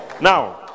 Now